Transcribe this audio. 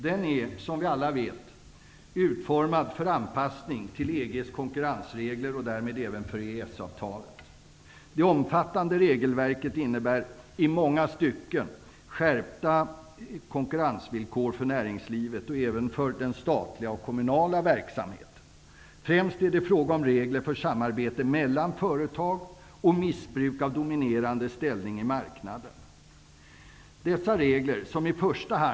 Den är, som vi alla vet, utformad för anpassning till EG:s konkurrensregler och därmed även för EES Det omfattande regelverket innebär i många stycken skärpta konkurrensvillkor för näringslivet och även för den statliga och kommunala verksamheten. Det är främst fråga om regler för samarbete mellan företag och för förhindrande av missbruk av dominerande ställning på marknaden.